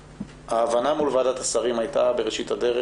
ההבנה מול ועדת השרים בראשית הדרך